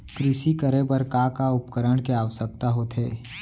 कृषि करे बर का का उपकरण के आवश्यकता होथे?